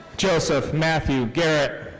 joseph matthew garret.